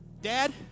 dad